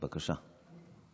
בבקשה.